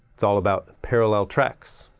it's all about parallel tracks!